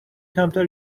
کمتر